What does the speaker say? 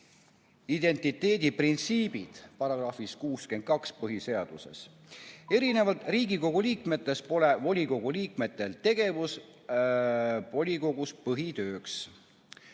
idemniteedi printsiibid (§-s 62 põhiseaduses). Erinevalt Riigikogu liikmetest pole volikogu liikmetel tegevus volikogus põhitööks.